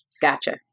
Gotcha